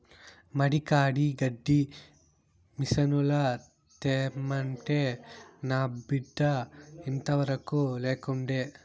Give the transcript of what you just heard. మడి కాడి గడ్డి మిసనుల తెమ్మంటే నా బిడ్డ ఇంతవరకూ లేకుండే